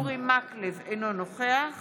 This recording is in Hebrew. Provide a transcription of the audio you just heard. אינו נוכח